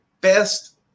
best